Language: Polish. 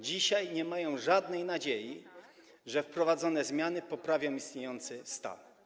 Dzisiaj nie mają żadnej nadziei, że wprowadzone zmiany poprawią istniejący stan.